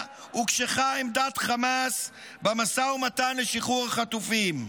הוקשחה עמדת חמאס במשא ומתן לשחרור החטופים,